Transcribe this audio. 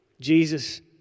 Jesus